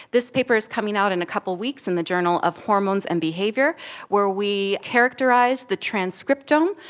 this paper is coming out in a couple of weeks in the journal of hormones and behaviour where we characterise the transcriptome.